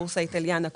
בורסה איטליאנה,